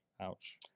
Ouch